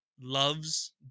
loves